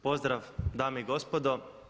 Pozdrav dame i gospodo.